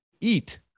eat